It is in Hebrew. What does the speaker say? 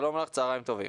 שלום לך צהריים טובים.